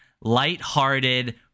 lighthearted